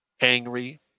angry